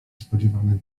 spodziewanych